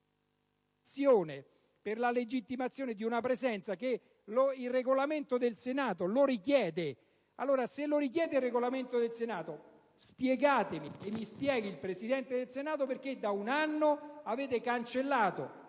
per la legittimazione di una presenza che il Regolamento del Senato richiede. Ma se la richiede il Regolamento del Senato, mi spieghi il Presidente del Senato perché da un anno avete cancellato